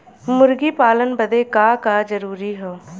मुर्गी पालन बदे का का जरूरी ह?